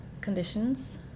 conditions